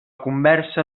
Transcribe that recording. conversa